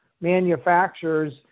manufacturers